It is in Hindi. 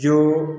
जो